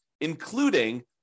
including